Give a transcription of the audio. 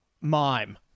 mime